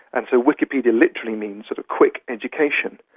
and so wikipedia literally means sort of quick education.